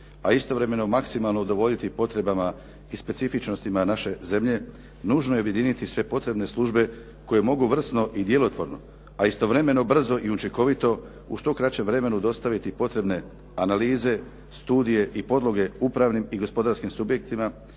a istovremeno maksimalno udovoljiti potrebama i specifičnostima naše zemlje nužno je objediniti sve potrebne službe koje mogu vrsno i djelotvorno, a istovremeno brzo i učinkovito u što kraćem vremenu dostaviti i potrebne analize, studije i podloge upravnim i gospodarskim subjektima